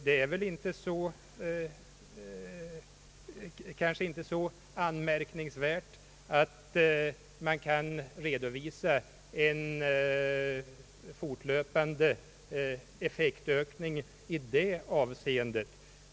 Det är kanske inte så anmärkningsvärt att man kan redovisa en fortlöpande effektökning i det avseendet.